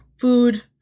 food